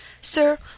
Sir